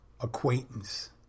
acquaintance